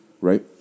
right